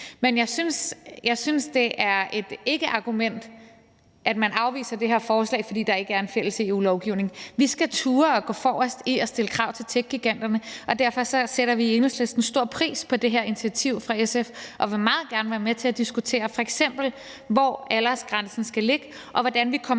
Men jeg synes, det er et ikkeargument, at man afviser det her forslag, fordi der ikke er en fælles EU-lovgivning. Vi skal turde gå forrest med at stille krav til techgiganterne, og derfor sætter vi i Enhedslisten stor pris på det her initiativ fra SF og vil meget gerne være med til at diskutere, f.eks. hvor aldersgrænsen skal ligge, og hvordan vi kommer